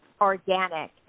organic